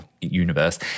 universe